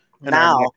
Now